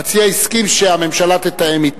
המציע הסכים שהממשלה תתאם אתו.